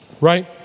right